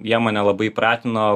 jie mane labai įpratino